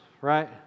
right